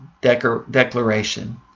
declaration